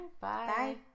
Bye